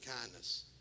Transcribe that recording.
kindness